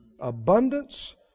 abundance